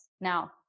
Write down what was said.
Now